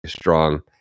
strong